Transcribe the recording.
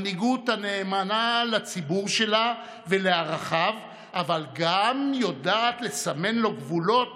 מנהיגות הנאמנה לציבור שלה ולערכיו אבל גם יודעת לסמן לו גבולות